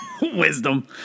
Wisdom